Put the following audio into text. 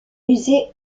musée